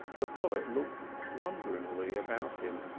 the poet looked wonderingly about him,